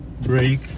break